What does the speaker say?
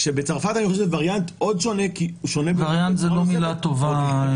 כשבצרפת זה וריאנט שונה -- וריאנט זו לא מילה טובה.